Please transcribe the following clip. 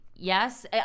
Yes